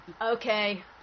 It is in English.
Okay